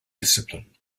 discipline